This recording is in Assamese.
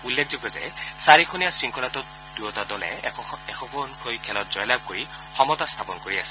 উল্লেখযোগ্য যে চাৰিখনীয়া শৃংখলাটোত দুয়োটা দলে এখনকৈ খেলত জয়লাভ কৰি সমতা স্থাপন কৰি আছে